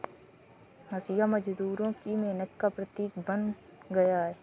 हँसिया मजदूरों की मेहनत का प्रतीक बन गया है